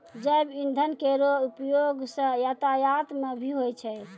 जैव इंधन केरो उपयोग सँ यातायात म भी होय छै